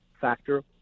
Factor